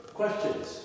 questions